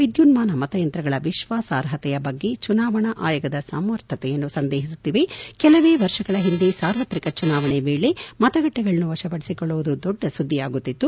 ವಿದ್ಯುನ್ನಾನ ಮತಯಂತ್ರಗಳ ವಿಶ್ವಾಸಾರ್ಹತೆಯ ಬಗ್ಗೆ ಚುನಾವಣಾ ಆಯೋಗದ ಸಮರ್ಥನೆಯನ್ನು ಸಂದೇಹಿಸುತ್ತಿವೆ ಕೆಲವೇ ವರ್ಷಗಳ ಹಿಂದೆ ಸಾರ್ವತ್ರಿಕ ಚುನಾವಣೆ ವೇಳೆ ಮತಗಟ್ಟೆಗಳನ್ನು ವಶಪಡಿಸಿಕೊಳ್ಳುವುದು ದೊಡ್ಡ ಸುದ್ದಿಯಾಗುತ್ತಿತ್ತು